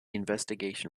investigation